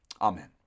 Amen